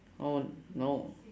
oh no